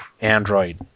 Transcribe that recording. Android